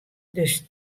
dus